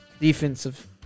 Defensive